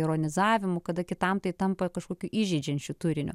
ironizavimu kada kitam tai tampa kažkokiu įžeidžiančiu turiniu